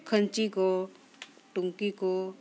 ᱠᱷᱟᱹᱧᱪᱤ ᱠᱚ ᱴᱩᱝᱠᱤ ᱠᱚ